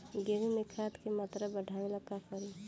गेहूं में खाद के मात्रा बढ़ावेला का करी?